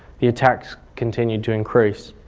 the attacks continued to increase.